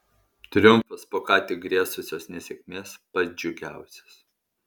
triumfas po ką tik grėsusios nesėkmės pats džiugiausias